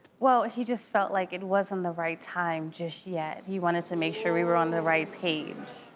well he just felt like it wasn't the right time just yet. he wanted to make sure we were on the right page.